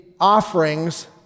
offerings